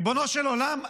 ריבונו של עולם,